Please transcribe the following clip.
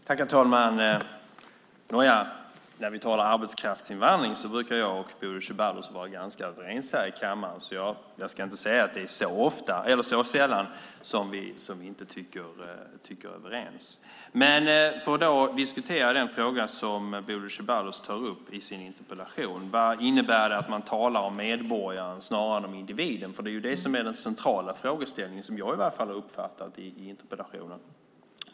Herr talman! Nåja - när vi talar arbetskraftsinvandring brukar jag och Bodil Ceballos vara ganska överens här i kammaren. Jag skulle alltså inte säga att det är ofta vi inte är överens. Vi ska diskutera den fråga som Bodil Ceballos tar upp i sin interpellation, nämligen vad det innebär att man talar om medborgaren snarare än individen. Det är detta som är den centrala frågeställningen, i alla fall som jag har uppfattat interpellationen.